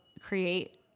create